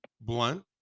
blunt